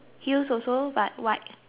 white